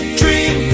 dream